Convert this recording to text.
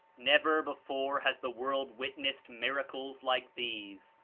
never before has the world witnessed miracles like these,